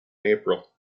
april